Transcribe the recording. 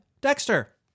Dexter